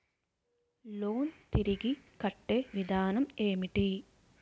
Loan తిరిగి కట్టే విధానం ఎంటి?